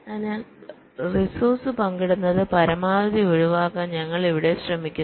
അതിനാൽ റിസോഴ്സ്സ് പങ്കിടുന്നത് പരമാവധി ഒഴിവാക്കാൻ ഞങ്ങൾ ഇവിടെ ശ്രമിക്കുന്നു